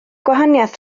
gwahaniaeth